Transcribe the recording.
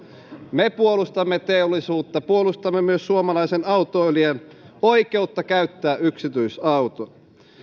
me puolustamme teollisuutta puolustamme myös suomalaisen autoilijan oikeutta käyttää yksityisautoa